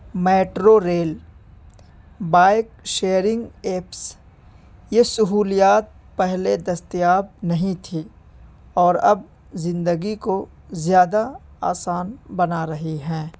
metro rail bike sharing apps یہ سہولیات پہلے دستیاب نہیں تھی اور اب زندگی کو زیادہ آسان بنا رہی ہیں